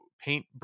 paint